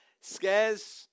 scares